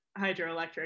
hydroelectric